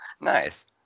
Nice